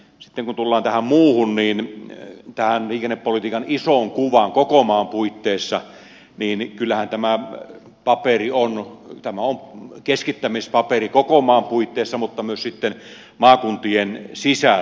sitten kun tullaan tähän muuhun tähän liikennepolitiikan isoon kuvaan koko maan puitteissa niin kyllähän tämä paperi on keskittämispaperi koko maan puitteissa mutta myös sitten maakuntien sisällä